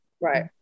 Right